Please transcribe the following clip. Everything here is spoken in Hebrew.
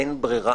אין ברירה,